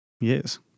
Yes